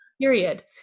Period